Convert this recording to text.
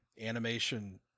Animation